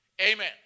Amen